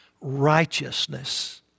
righteousness